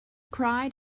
cried